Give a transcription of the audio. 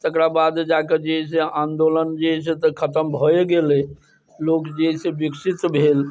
तेकरा बाद जाके जे है से आंदोलन जे है से तऽ खतम भए गेलै लोग जे है से विकसित भेल